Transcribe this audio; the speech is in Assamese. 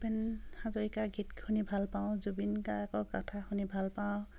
ভূপেন হাজৰিকা গীত শুনি ভাল পাওঁ জুবিন গাৰ্গৰ কথা শুনি ভাল পাওঁ